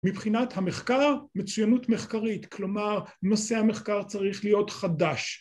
מבחינת המחקר מצוינות מחקרית, כלומר נושא המחקר צריך להיות חדש